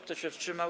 Kto się wstrzymał?